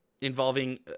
involving